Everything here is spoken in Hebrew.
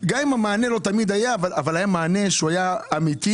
גם המענה לא תמיד היה, אבל היה מענה שהיה אמיתי